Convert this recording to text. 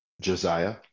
Josiah